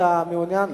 אתה מעוניין?